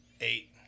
eight